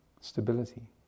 stability